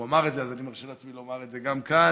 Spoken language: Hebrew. הוא אמר את זה אז אני מרשה לעצמי לומר את זה גם כאן,